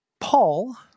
Paul